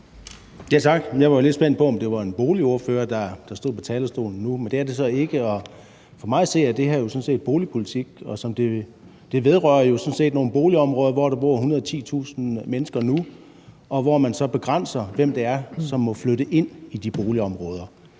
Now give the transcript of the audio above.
Jeg var lidt spændt på, om det var en boligordfører, der stod på talerstolen nu, men det var det så ikke. For mig at se er det her sådan set boligpolitik, og det vedrører jo nogle boligområder, hvor der nu bor 110.000 mennesker, og hvor man så begrænser, hvem det er, der må flytte ind i de boligområder.